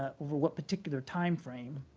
over what particular timeframe,